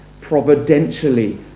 providentially